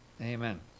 Amen